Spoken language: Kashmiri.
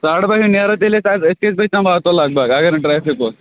ساڈٕ باہ ہیو نیرو تیٚلہِ أسۍ حظ أسۍ کژِ بج تام واتو لگ بگ اگر نہٕ ٹرٮ۪فِک اوس